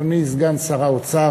אדוני סגן שר האוצר,